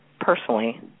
personally